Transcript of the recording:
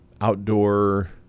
outdoor